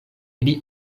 ili